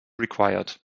required